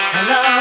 Hello